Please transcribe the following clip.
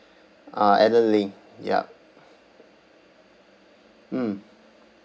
uh alan ling yup mm